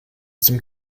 zum